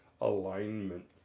alignment